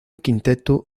quinteto